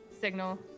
signal